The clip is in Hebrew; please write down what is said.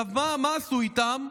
עכשיו, מה עשו איתם?